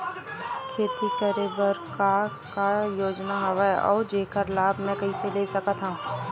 खेती करे बर का का योजना हवय अउ जेखर लाभ मैं कइसे ले सकत हव?